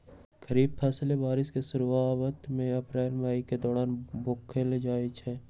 खरीफ फसलें बारिश के शुरूवात में अप्रैल मई के दौरान बोयल जाई छई